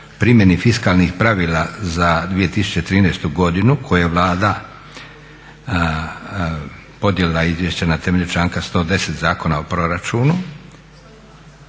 primjeni fiskalnih pravila za 2014.godinu. Koje je Vlada podnijela izvješće na temelju članka 110. Zakona o proračunu.